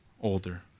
older